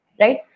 right